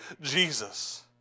Jesus